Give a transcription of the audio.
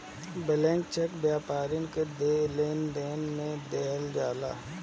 blank cheque व्यापारिक लेनदेन में देहल जाला